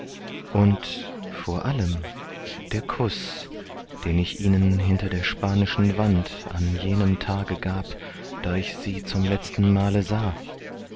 und vor allem der kuß den ich ihnen hinter der spanischen wand an jenem tage gab da ich sie zum letzten male sah